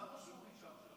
הוא חזר או שהוא נשאר שם?